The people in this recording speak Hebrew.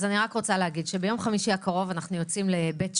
אז אני רק רוצה להגיד שביום חמישי הקרוב אנחנו יוצאים לבית צ'רנה,